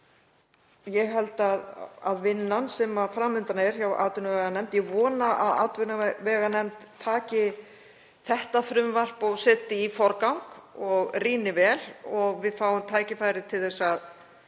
ég held að vinnan sem fram undan er hjá atvinnuveganefnd — ég vona að atvinnuveganefnd taki þetta frumvarp og setji í forgang og rýni vel og við fáum tækifæri til að